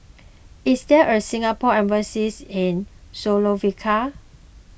is there a Singapore Embassy in Slovakia